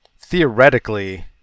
theoretically